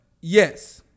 Yes